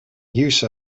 use